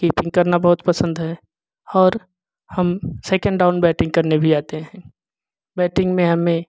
keeping करना बहुत पसंद है और हम सेकंड डाउन बैटिंग करने भी आते है बैटिंग में हमें